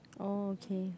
oh okay